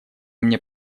мне